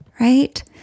right